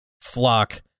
flock